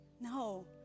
No